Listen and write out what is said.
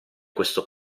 questo